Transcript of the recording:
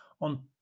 on